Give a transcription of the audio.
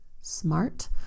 smart